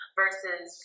versus